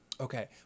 okay